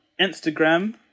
Instagram